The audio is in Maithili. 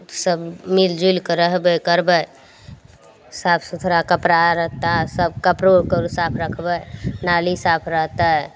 सब मिलजुलि कऽ रहबै करबै साफ सुथड़ा कपड़ा लत्ता सब कपड़ोके साफ रखबै नाली साफ रहतै